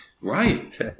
Right